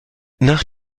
nach